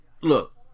Look